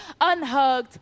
unhugged